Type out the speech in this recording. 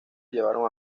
llevaron